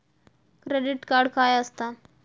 Credit card काय असता?